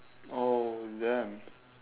oh damn